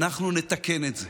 אנחנו נתקן את זה.